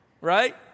Right